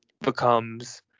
becomes